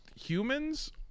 humans